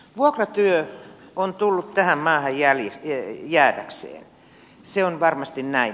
vuokratyö on tullut tähän maahan jäädäkseen se on varmasti näin